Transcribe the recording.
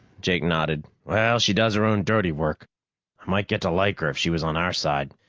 jake nodded. well, she does her own dirty work. i might get to like her if she was on our side.